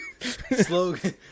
Slogan